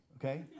Okay